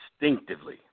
instinctively